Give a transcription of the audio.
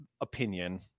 opinion